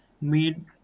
made